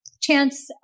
chance